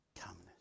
calmness